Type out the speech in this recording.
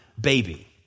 baby